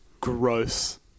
gross